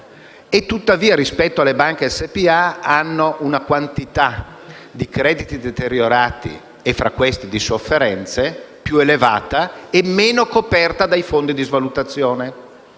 - ma, rispetto ad esse, hanno anche una quantità di crediti deteriorati, e tra questi di sofferenze, più elevata e meno coperta dai fondi di svalutazione.